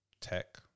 tech